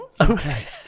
Okay